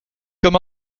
comme